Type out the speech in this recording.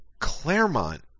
Claremont